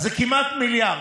אז זה כמעט מיליארד,